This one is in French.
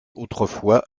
autrefois